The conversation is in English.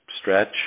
stretch